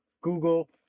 Google